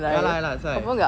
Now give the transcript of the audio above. ya lah ya lah that's why